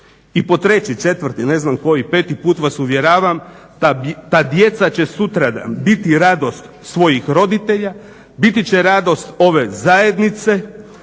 I po treći, četvrti ne znam koji, peti put vas uvjeravam, ta djeca će sutradan biti radost svojih roditelja, biti će radost ove zajednice,